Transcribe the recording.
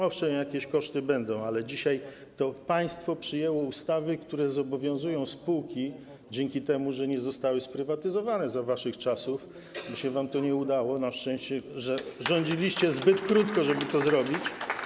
Owszem, jakieś koszty będą, ale dzisiaj państwo przyjęło ustawy, które zobowiązują spółki, dzięki temu, że nie zostały sprywatyzowane za waszych czasów, bo się wam to nie udało na szczęście, rządziliście zbyt krótko, żeby to zrobić.